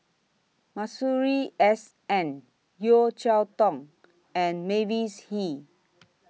Masuri S N Yeo Cheow Tong and Mavis Hee